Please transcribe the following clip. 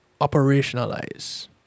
Operationalize